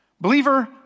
Believer